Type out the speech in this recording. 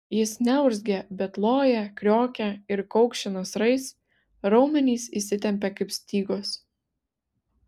jis neurzgia bet loja kriokia ir kaukši nasrais raumenys įsitempia kaip stygos